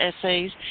essays